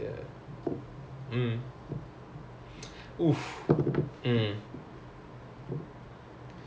I see lah if I have time lah because I'm doing a double major right I don't have I only have one U_E